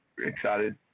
excited